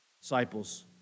Disciples